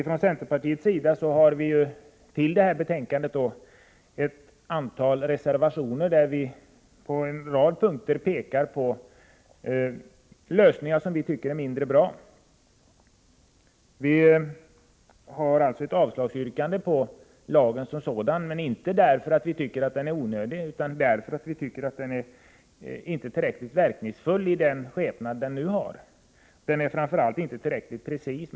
Från centerpartiets sida har vi till jordbruksutskottets betänkande fogat ett antal reservationer, där vi på en rad punkter pekar på föreslagna lösningar som vi tycker är mindre bra. Vi yrkar också avslag på lagen som sådan. Vi gör det inte därför att vi tycker att lagen är onödig, utan därför att den enligt vår mening inte är tillräckligt verkningsfull i den skepnad som den nu har. Den är framför allt inte tillräckligt preciserad.